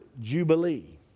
jubilee